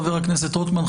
חבר הכנסת רוטמן,